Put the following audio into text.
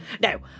Now